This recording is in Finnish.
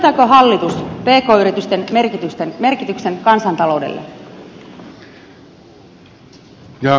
ymmärtääkö hallitus pk yritysten merkityksen kansantaloudelle